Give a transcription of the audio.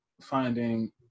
finding